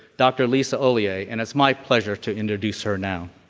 dr. lisa hollier. and it's my pleasure to introduce her now.